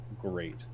great